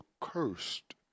cursed